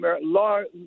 large